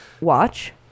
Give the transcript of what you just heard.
watch